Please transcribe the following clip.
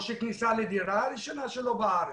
או כניסה לדירה הראשונה שלו בארץ?